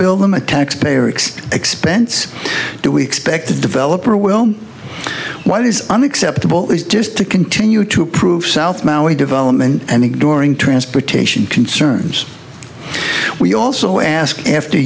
build them a taxpayer expense do we expect to develop or will what is unacceptable is just to continue to approve south maui development and during transportation concerns we also ask after